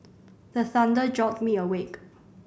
the thunder jolt me awake